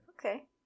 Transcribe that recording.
okay